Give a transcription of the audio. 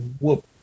whoop